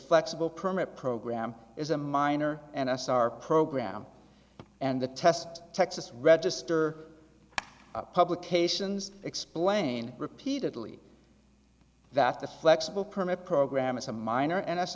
flexible permit program is a minor and as our program and the test texas register publications explain repeatedly that the flexible permit program is a minor